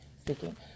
speaking